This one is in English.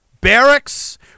barracks